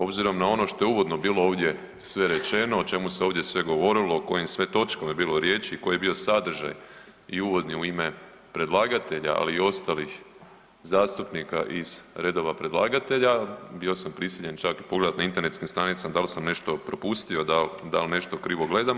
Obzirom na ono što je uvodno bilo ovdje sve rečeno, o čemu se sve govorilo, o kojim sve točkama je bilo riječi i koji je bio sadržaj i uvodni u ime predlagatelja ali i ostalih zastupnika iz redova predlagatelja bio sam prisiljen čak i pogledati na internetskim stranicama da li sam nešto propustio, da li nešto krivo gledam.